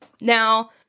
Now